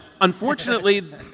unfortunately